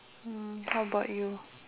mm how about you